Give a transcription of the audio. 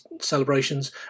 celebrations